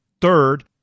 Third